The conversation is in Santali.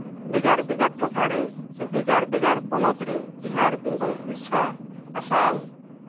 ᱵᱷᱮᱜᱟᱨ ᱵᱷᱮᱜᱟᱨ ᱴᱚᱴᱷᱟ ᱨᱮ ᱥᱮ ᱵᱷᱮᱜᱟᱨ ᱵᱷᱮᱜᱟᱨ ᱯᱚᱱᱚᱛ ᱨᱮ ᱵᱤᱦᱟᱨ ᱵᱮᱝᱜᱚᱞ ᱩᱲᱤᱥᱥᱟ ᱨᱮ ᱟᱥᱟᱢ